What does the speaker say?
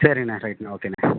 சரிங்கண்ணே ரைட்டுண்ணே ஓகேண்ணே